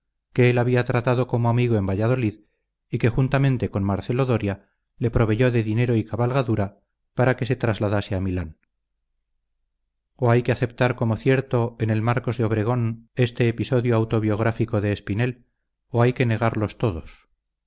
que él había tratado como amigo en valladolid y que juntamente con marcelo doria le proveyó de dinero y cabalgadura par que se trasladase a milán o hay que aceptar como cierto en el marcos de obregón este episodio autobiográfico de espinel o hay que negarlos todos